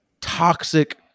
toxic